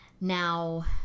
Now